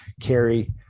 carry